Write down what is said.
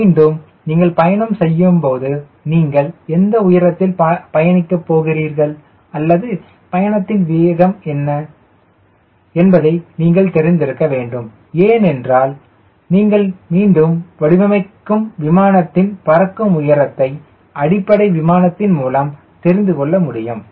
மீண்டும் நீங்கள் பயணம் செய்யும் போது நீங்கள் எந்த உயரத்தில் பயணிக்கப் போகிறீர்கள் அல்லது பயணத்தின் வேகம் என்ன என்பதை நீங்கள் தெரிந்திருக்க வேண்டும் ஏனென்றால் நீங்கள் மீண்டும் வடிவமைக்கும் விமானத்தின் பறக்கும் உயரத்தை அடிப்படை விமானத்தின் மூலம் தெரிந்துகொள்ள முடியும்